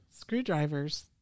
screwdrivers